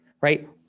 right